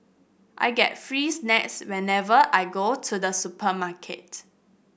I get free snacks whenever I go to the supermarket